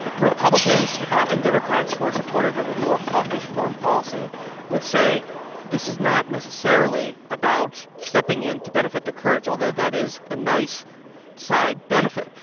republicans and democrats who are supportive of a more hawkish foreign policy would say this is not necessarily about stepping in to benefit the kurds, although that is a nice side benefit,